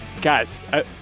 guys